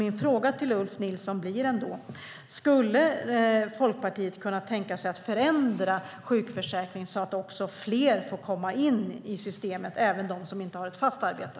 Kan Folkpartiet tänka sig att förändra sjukförsäkringen, Ulf Nilsson, så att fler får komma in i systemet, även de som inte har ett fast arbete?